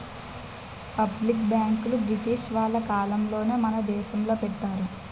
public బ్యాంకులు British వాళ్ళ కాలంలోనే మన దేశంలో పెట్టారు